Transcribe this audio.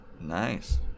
Nice